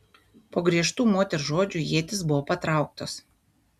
po griežtų moters žodžių ietys buvo patrauktos